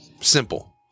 Simple